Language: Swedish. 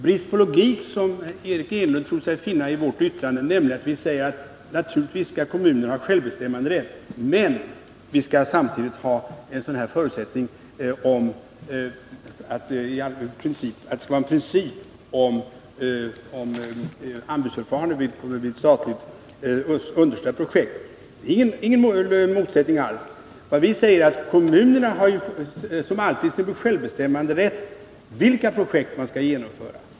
Eric Enlund tror sig finna en brist på logik i vårt yttrande när vi säger att kommunerna naturligtvis skall ha självbestämmanderätt men att det samtidigt skall finnas en princip om anbudförfarande vid statligt understödda projekt. Men det är ingen motsättning alls. Kommunerna har som alltid sin självbestämmanderätt beträffande vilka projekt man skall genomföra.